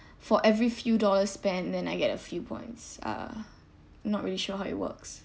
for every few dollar spent then I get a few points uh not really sure how it works